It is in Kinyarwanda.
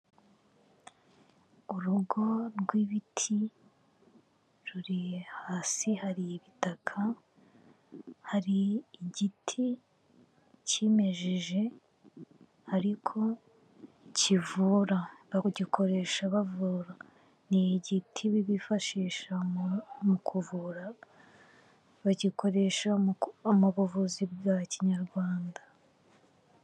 Urugo rw'ibiti ruri hasi hari ibitaka, hari igiti kimejeje ariko kivura, bagikoresha bavura. Ni igiti bifashisha mu mu kuvura, bagikoresha (mu ku) mu buvuzi bwa kinyarwanda.